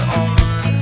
on